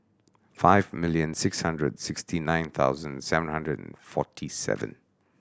five million six hundred sixty nine thousand seven hundred and forty seven